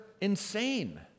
insane